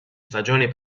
stagioni